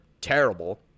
Terrible